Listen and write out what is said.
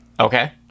Okay